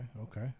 okay